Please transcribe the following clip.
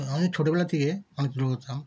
অনেক ছোটবেলা থেকে আমি দৌড়োতাম